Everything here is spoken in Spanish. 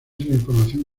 información